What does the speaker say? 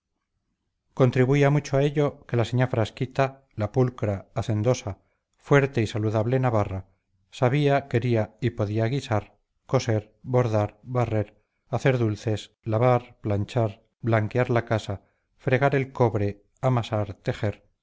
contribuía mucho a ello que la señá frasquita la pulcra hacendosa fuerte y saludable navarra sabía y podía guisar coser bordar barrer hacer dulce lavar planchar blanquear la casa fregar el cobre amasar tejer